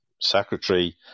secretary